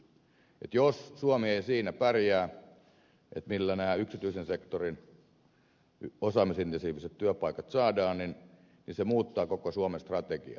jos suomi ei pärjää siinä millä nämä yksityisen sektorin osaamisintensiiviset työpaikat saadaan se muuttaa koko suomen strategiaa